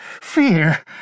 fear